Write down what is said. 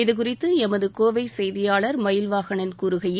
இதுகுறித்து எமது கோவை செய்தியாளர் மயில்வாகணன் கூறுகையில்